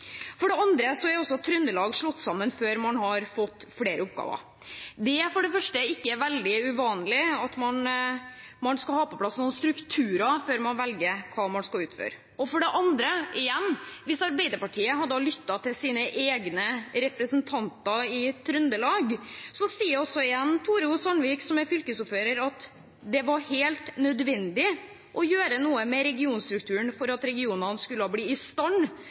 For det andre er Trøndelag-fylkene blitt slått sammen før man har fått flere oppgaver. Det er for det første ikke veldig uvanlig at man skal ha på plass noen strukturer før man velger hva man skal utføre. Og for det andre – igjen: Hvis Arbeiderpartiet hadde lyttet til sine egne representanter i Trøndelag, ville de ha hørt Tore O. Sandvik, som altså er fylkesordfører, si at det var helt nødvendig å gjøre noe med regionstrukturen for at regionene skulle bli i stand